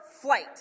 flight